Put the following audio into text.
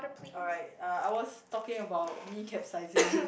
alright uh I was talking about me capsising